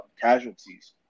casualties